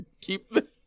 Keep